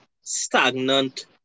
stagnant